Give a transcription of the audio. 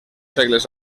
segles